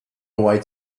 away